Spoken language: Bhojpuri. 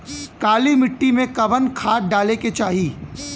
काली मिट्टी में कवन खाद डाले के चाही?